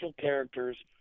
characters